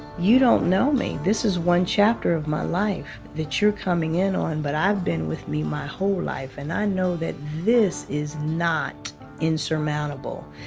you don't know me. this is one chapter of my life that you're coming in on but i've been with me my whole life and i know that this is not insurmountable.